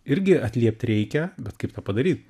irgi atliept reikia bet kaip tą padaryt